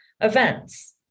events